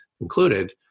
included